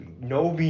No